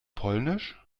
polnisch